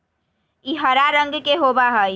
ई हरा रंग के होबा हई